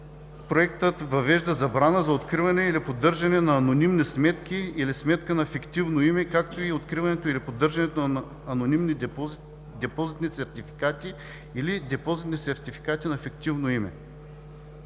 Проектът въвежда забрана за откриване или поддържане на анонимни сметки или сметка на фиктивно име, както и откриването и поддържането на анонимни депозитни сертификати или депозитни сертификати на фиктивно име.